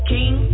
King